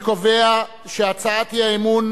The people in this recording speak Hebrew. אני קובע שהצעת האי-אמון,